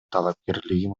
талапкерлигин